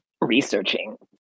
researching